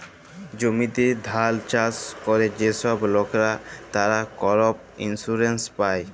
জমিতে ধাল চাষ ক্যরে যে ছব লকরা, তারা করপ ইলসুরেলস পায়